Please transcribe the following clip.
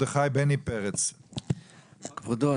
כבודו,